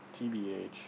TBH